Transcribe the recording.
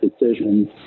decisions